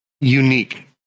unique